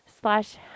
slash